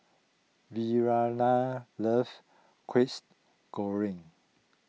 Verena loves Goreng